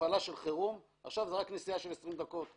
הפעלה של חירום אורכת עכשיו נסיעה של 20 דקות בלבד,